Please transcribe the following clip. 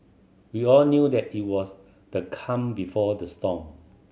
we all knew that it was the calm before the storm